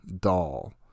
doll